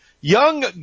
Young